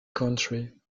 country